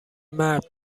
مرد